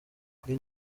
kuri